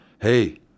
hey